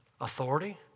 authority